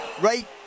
right